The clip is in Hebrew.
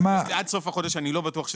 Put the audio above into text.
עד סוף החודש אני לא בטוח שיהיה.